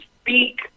speak